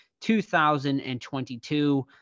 2022